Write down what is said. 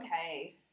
okay